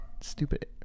Stupid